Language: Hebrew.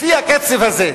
לפי הקצב הזה,